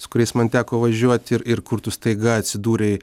su kuriais man teko važiuoti ir ir kur tu staiga atsidūrei